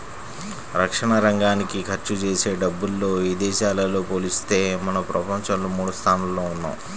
రక్షణరంగానికి ఖర్చుజేసే డబ్బుల్లో ఇదేశాలతో పోలిత్తే మనం ప్రపంచంలో మూడోస్థానంలో ఉన్నాం